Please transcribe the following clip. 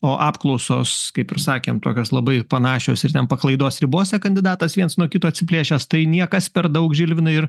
o apklausos kaip ir sakėm tokios labai panašios ir ten paklaidos ribose kandidatas viens nuo kito atsiplėšęs tai niekas per daug žilvinai ir